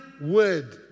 word